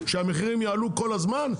שהמחירים יעלו כל הזמן?